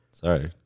Sorry